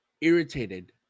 irritated